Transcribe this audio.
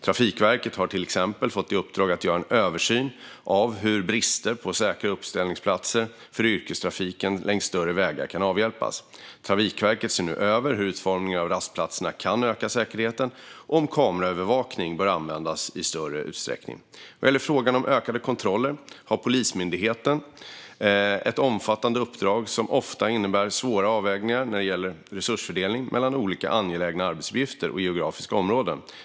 Trafikverket har till exempel fått i uppdrag att göra en översyn av hur brister på säkra uppställningsplatser för yrkestrafiken längs större vägar kan avhjälpas. Trafikverket ser nu över hur utformningen av rastplatserna kan öka säkerheten och om kameraövervakning bör användas i större utsträckning. Vad gäller frågan om ökade kontroller har Polismyndigheten ett omfattande uppdrag som ofta innebär svåra avvägningar när det gäller resursfördelning mellan olika angelägna arbetsuppgifter och geografiska områden.